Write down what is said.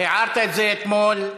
הערת את זה אתמול.